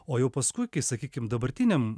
o jau paskui kai sakykim dabartiniam